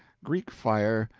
greek fire,